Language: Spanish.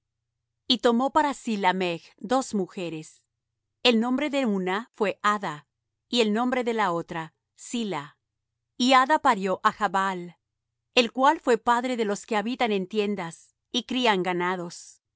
y tomó para sí lamech dos mujeres el nombre de la una fué ada y el nombre de la otra zilla y ada parió á jabal el cual fué padre de los que habitan en tiendas y crían ganados